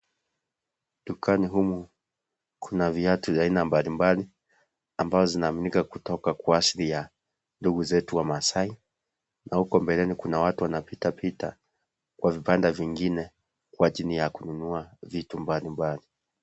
Dukani humu kuna viatu vya aina mbailimbali ambazo zinaaminika kutoka kwa asili ya ndugu zetu Wamasai na huko mbeleni kuna watu wanapitapita kwa vibanda vingine kwa ajili ya kununua vitu mbalimbali.